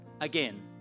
again